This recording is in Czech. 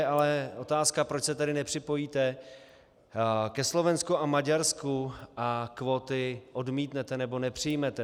Ale otázka: Proč se tedy nepřipojíte ke Slovensku a Maďarsku a kvóty odmítnete, nebo nepřijmete?